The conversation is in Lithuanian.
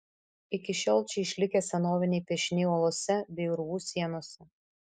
iki šiol čia išlikę senoviniai piešiniai uolose bei urvų sienose